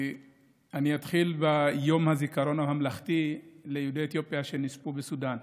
אני אתחיל ביום הזיכרון הממלכתי ליהודי אתיופיה שנספו בסודאן,